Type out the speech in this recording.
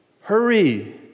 hurry